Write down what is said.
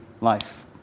life